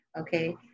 Okay